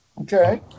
Okay